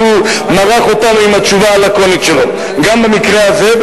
הוא מרח אותנו עם התשובה הלקונית שלו גם במקרה הזה,